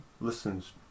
listens